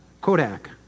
Kodak